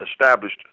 established